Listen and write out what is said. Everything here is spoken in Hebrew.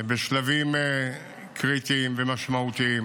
בשלבים קריטיים ומשמעותיים